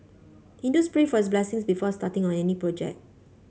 Hindus pray for his blessing before starting on any project